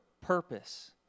purpose